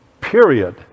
Period